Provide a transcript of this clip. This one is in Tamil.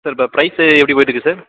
சார் இப்போ ப்ரைஸு எப்படி போயிட்டுருக்கு சார்